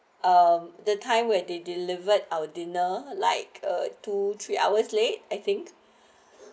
um the time when they delivered our dinner like a two three hours late I think